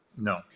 No